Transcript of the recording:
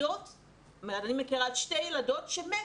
אני מכירה שתי ילדות שמתו,